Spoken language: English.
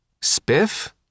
Spiff